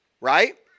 Right